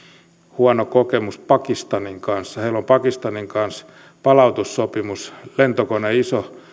huono kokemus pakistanin kanssa heillä on pakistanin kanssa palautussopimus iso